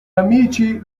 amici